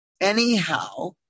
anyhow